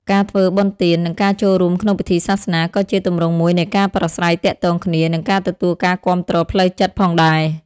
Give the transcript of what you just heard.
ការធ្វើបុណ្យទាន និងការចូលរួមក្នុងពិធីសាសនា ក៏ជាទម្រង់មួយនៃការប្រាស្រ័យទាក់ទងគ្នា និងការទទួលការគាំទ្រផ្លូវចិត្តផងដែរ។